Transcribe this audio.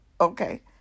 okay